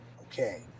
okay